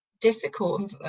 difficult